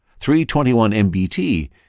321-MBT